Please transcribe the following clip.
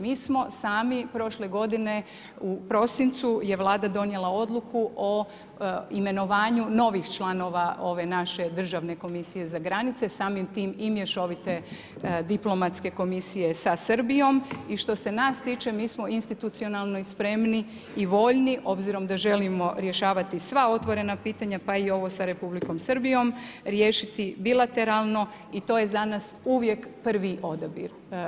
Mi smo sami prošle godine u prosincu je Vlada donijela odluku o imenovanju novih članova ove naše državne komisije za granice samim tim i mješovite diplomatske komisije s Srbijom i što se nas tiče, mi smo institucionalno spremni i voljni, obzirom da želimo rješavati sva otvorena pitanja pa i ovo s Republikom Srbijom, riješiti bilateralno i to je za nas uvijek prvi odabir.